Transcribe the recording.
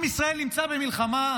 עם ישראל נמצא במלחמה.